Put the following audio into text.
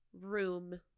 room